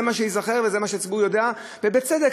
זה מה שייזכר וזה מה שהציבור יודע, ובצדק.